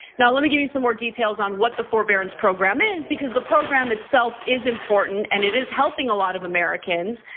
now let me give you some more details on what the forbearance program is, because the program itself is important and it is helping a lot of americans.